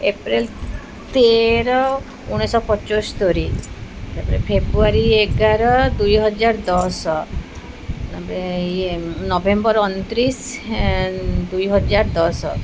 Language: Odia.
ଏପ୍ରିଲ ତେର ଉଣେଇଶିଶହ ପଞ୍ଚସ୍ତରୀ ତା'ପରେ ଫେବୃଆରୀ ଏଗାର ଦୁଇହଜାର ଦଶ ତା'ପରେ ଇଏ ନଭେମ୍ବର ଅଣତିରିଶି ଦୁଇହଜାର ଦଶ